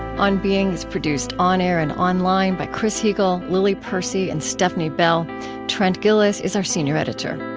on being is produced on-air and online by chris heagle, lily percy, and stefni bell trent gilliss is our senior editor